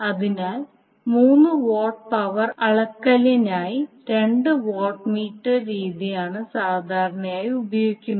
അതിനാൽ മൂന്ന് watt power അളക്കലിനായി രണ്ട് വാട്ട് മീറ്റർ രീതിയാണ് സാധാരണയായി ഉപയോഗിക്കുന്നത്